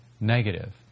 negative